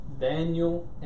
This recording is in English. Daniel